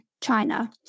China